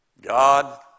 God